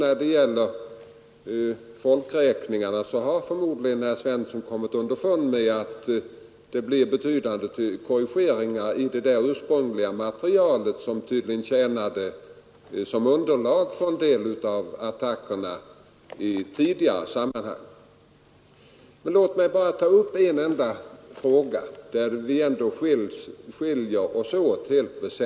När det gäller folkräkningarna har herr Svensson nu förmodligen kommit underfund med att det blir betydande korrigeringar i det preliminära materialet, som tydligen tjänar som underlag för en del av herr Svenssons attacker i tidigare sammanhang. Men låt mig bara ta upp en enda fråga, där vi ändå skiljer oss åt väsentligt.